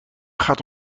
gaat